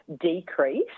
decrease